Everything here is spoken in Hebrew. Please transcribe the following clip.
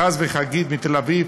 אחז וחגית מתל אביב,